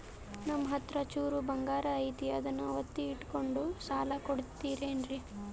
ನಮ್ಮಹತ್ರ ಚೂರು ಬಂಗಾರ ಐತಿ ಅದನ್ನ ಒತ್ತಿ ಇಟ್ಕೊಂಡು ಸಾಲ ಕೊಡ್ತಿರೇನ್ರಿ?